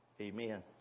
Amen